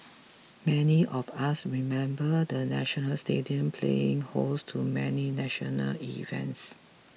many of us remember the National Stadium playing host to many national events